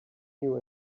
new